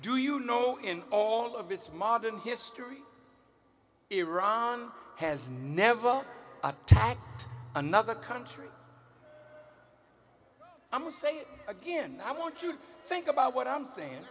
do you know in all of its modern history iran has never attacked another country i will say it again i want you to think about what i'm saying